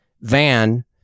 van